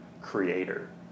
creator